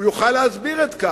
הוא יוכל להסביר זאת,